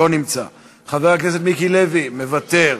לא נמצא, חבר הכנסת מיקי לוי, מוותר.